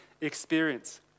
experience